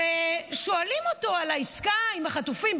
שואלים אותו על העסקה עם החטופים,